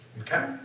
Okay